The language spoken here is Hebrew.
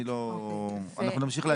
אני לא, אנחנו נמשיך להקריא.